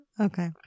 Okay